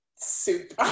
soup